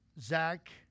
Zach